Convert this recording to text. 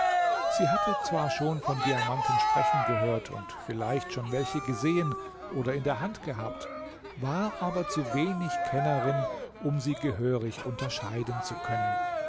sie hatte zwar schon von diamanten sprechen gehört und vielleicht schon welche gesehen oder in der hand gehabt war aber zu wenig kennerin um sie gehörig unterscheiden zu können